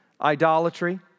idolatry